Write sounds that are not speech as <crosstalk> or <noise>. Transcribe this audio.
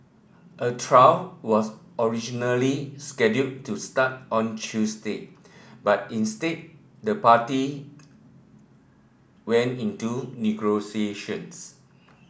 a trial was originally scheduled to start on Tuesday but instead the parties went into <unintelligible>